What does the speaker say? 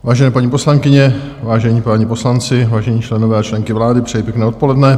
Vážení paní poslankyně, vážení páni poslanci, vážení členové a členky vlády, přeji pěkné odpoledne.